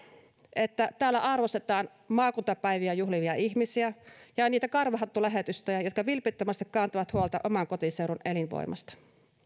että täällä arvostetaan maakuntapäiviä juhlivia ihmisiä ja ja niitä karvahattulähetystöjä jotka vilpittömästi kantavat huolta oman kotiseudun elinvoimasta